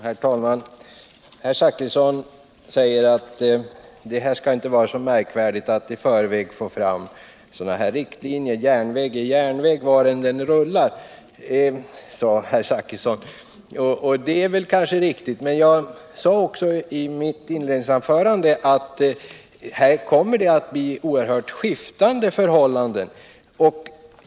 Herr talman! Bertil Zachrisson säger att det inte skall vara så märkvärdigt att i förväg få fram sådana riktlinjer, för järn väg är järnväg var den än går. Det kanske är riktigt, men jag sade också i mitt första anförande att här kommer det att bli mycket skiftande förhållanden.